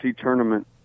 tournament